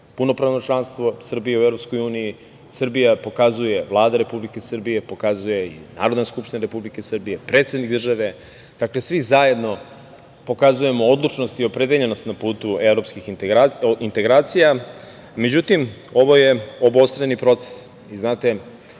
punopravno članstvo Srbije u Evropskoj uniji. Srbija pokazuje, Vlada Republike Srbije pokazuje i Narodna skupština Republike Srbije, predsednik države, dakle, svi zajedno pokazujemo odlučnost i opredeljenost na putu evropskih integracija. Međutim, ovo je obostrani proces. Znate,